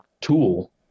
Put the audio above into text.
tool